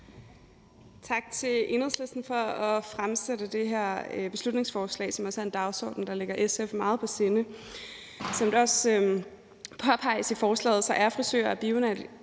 Tak til Enhedslisten for at fremsætte det her beslutningsforslag. Det er også en dagsorden, der ligger SF meget på sinde. Som det også påpeges i forslaget, er frisører og